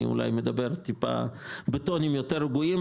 אני אולי מדבר טיפה בטונים יותר רגועים,